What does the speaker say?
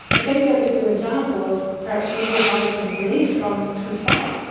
i think that's an example of perhaps media hype and belief going too far.